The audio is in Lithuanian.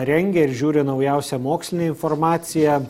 rengia ir žiūri naujausią mokslinę informaciją